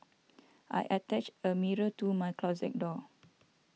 I attached a mirror to my closet door